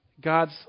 God's